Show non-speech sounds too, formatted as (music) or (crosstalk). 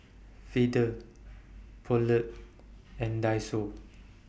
(noise) Feather Poulet and Daiso